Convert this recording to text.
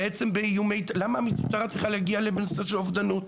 למה המשטרה צריכה להגיע למקרים של אובדנות?